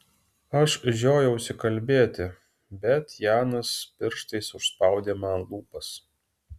aš žiojausi kalbėti bet janas pirštais užspaudė man lūpas